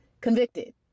convicted